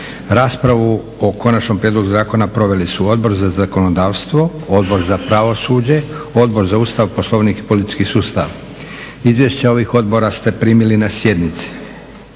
Raspravu o Konačnom prijedlogu Zakona proveli su Odbor za zakonodavstvo, Odbor za pravosuđe, Odbor za Ustav, Poslovnik i politički sustav. Izvješća ovih odbora ste primili na sjednici.